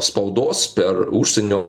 spaudos per užsienio